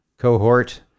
Cohort